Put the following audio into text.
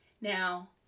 Now